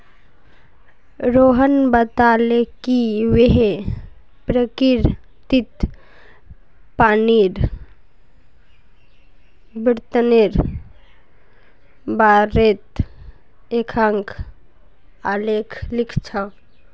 रोहण बताले कि वहैं प्रकिरतित पानीर वितरनेर बारेत एकखाँ आलेख लिख छ